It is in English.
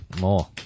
More